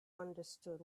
understood